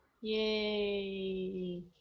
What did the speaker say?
Yay